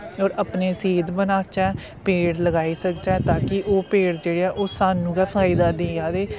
और अपनी सेह्त बनाचै पेड़ लगाई सकचै ताकि ओह् पेड़ जेह्ड़े ऐ ओहे साह्नू गै फायदा देआ दे